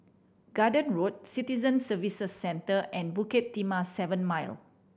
Garden Road Citizen Services Centre and Bukit Timah Seven Mile